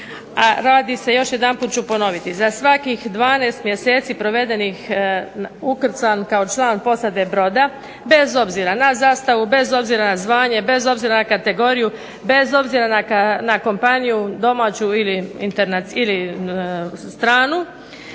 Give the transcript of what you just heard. radi se još jedanput ću ponoviti. Za svakih 12 mjeseci provedenih ukrcan kao član posade broda bez obzira na zastavu, bez obzira na zvanje, bez obzira na kategoriju, bez obzira na kompaniju domaću ili stranu